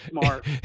smart